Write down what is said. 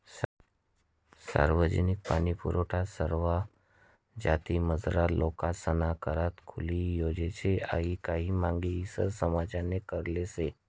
सार्वजनिक पाणीपुरवठा सरवा जातीमझारला लोकेसना करता खुली जोयजे आशी मागणी अहिर समाजनी करेल शे